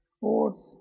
sports